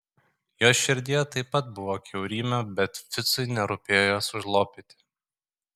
jos širdyje taip pat buvo kiaurymė bet ficui nerūpėjo jos užlopyti